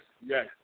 Yes